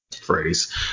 phrase